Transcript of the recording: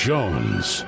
Jones